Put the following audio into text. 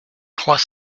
trois